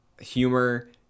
humor